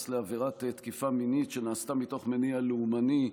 לעבירת תקיפה מינית שנעשתה מתוך מניע לאומני: